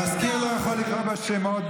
המזכיר לא יכול לקרוא בשמות.